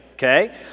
Okay